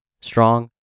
strong